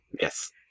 Yes